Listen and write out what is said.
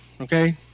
Okay